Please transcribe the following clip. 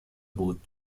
بود